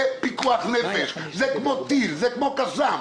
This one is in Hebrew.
זה פיקוח נפש, זה כמו טיל, זה כמו קאסם.